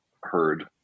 heard